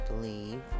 believe